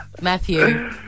Matthew